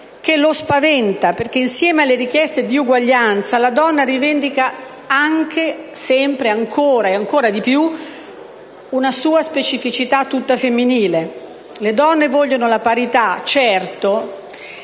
che lo spaventa, perché insieme alle richieste di uguaglianza la donna rivendica anche, sempre e ancora di più una sua specificità tutta femminile. Le donne vogliono la parità, certo,